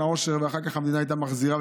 העושר ואחר כך המדינה הייתה מחזירה,